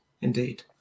indeed